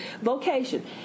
Vocation